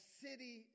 city